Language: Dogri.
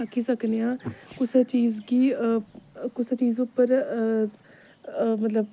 आक्खी सकने आं कुसै चीज गी कुसै चीज उप्पर मतलब